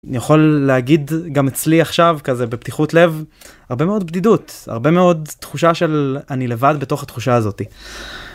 אני יכול להגיד גם אצלי עכשיו כזה בפתיחות לב הרבה מאוד בדידות הרבה מאוד תחושה של אני לבד בתוך התחושה הזאתי.